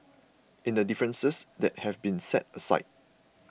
in the differences that have been set aside